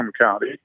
County